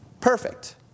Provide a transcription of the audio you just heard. perfect